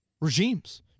regimes